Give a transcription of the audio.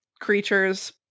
creatures